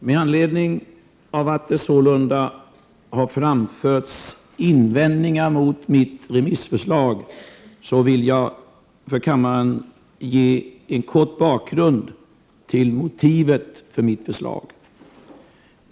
Med anledning av att det sålunda har framförts invändningar mot mitt remissförslag, vill jag för kammaren ge en kort bakgrund till motivet för mitt förslag.